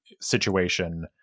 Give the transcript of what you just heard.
situation